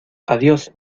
adiós